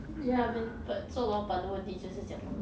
ya man but 做老板的问题就是这样的 lor